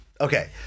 okay